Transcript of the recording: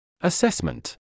Assessment